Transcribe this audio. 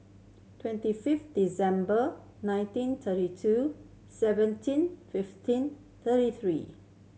twenty fifth December nineteen thirty two seventeen fifteen thirty three